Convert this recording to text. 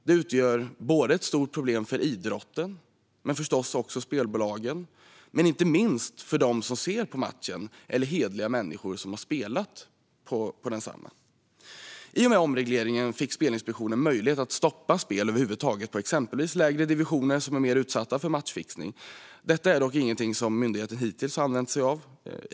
Detta utgör ett stort problem för idrotten och spelbolagen, men inte minst för dem som ser på matchen eller hederliga människor som har spelat på densamma. I och med omregleringen fick Spelinspektionen möjlighet att stoppa spel över huvud taget på exempelvis lägre divisioner som är mer utsatta för matchfixning. Detta är dock ingenting som myndigheten hittills har använt sig av.